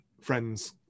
friends